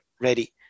ready